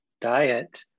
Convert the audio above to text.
diet